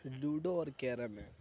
ludo اور کیرم ہے